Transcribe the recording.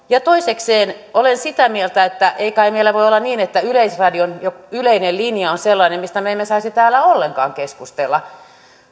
ja toisekseen olen sitä mieltä että ei kai meillä voi olla niin että yleisradion yleinen linja on sellainen mistä me emme saisi täällä ollenkaan keskustella